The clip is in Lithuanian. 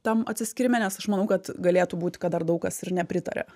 tam atsiskyrime nes aš manau kad galėtų būt kad dar daug kas ir nepritaria